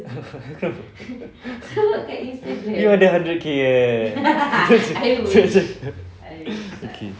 kenapa you ada hundred K eh okay